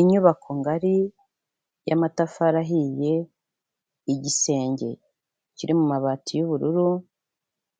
Inyubako ngari y'amatafari ahiye, igisenge kiri mu mabati y'ubururu,